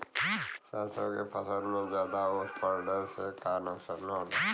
सरसों के फसल मे ज्यादा ओस पड़ले से का नुकसान होला?